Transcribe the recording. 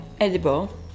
edible